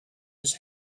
his